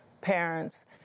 parents